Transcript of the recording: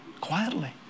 quietly